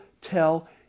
tell